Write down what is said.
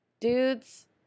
dudes